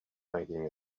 making